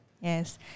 Yes